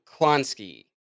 Klonsky